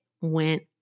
went